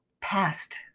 past